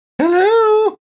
Hello